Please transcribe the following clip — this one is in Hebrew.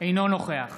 אינו נוכח